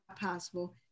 possible